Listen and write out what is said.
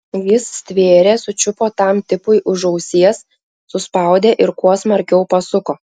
jis stvėrė sučiupo tam tipui už ausies suspaudė ir kuo smarkiau pasuko